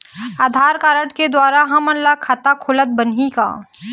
आधार card के द्वारा हमन ला खाता खोलत बनही का?